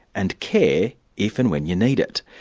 and care if and when you need it.